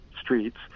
streets